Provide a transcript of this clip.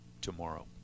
tomorrow